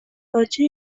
راجع